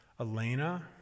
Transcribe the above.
Elena